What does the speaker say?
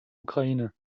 ukraine